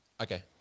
Okay